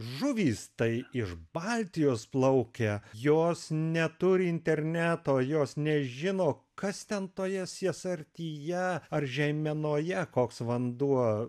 žuvys tai iš baltijos plaukia jos neturi interneto jos nežino kas ten toje siesartyje ar žeimenoje koks vanduo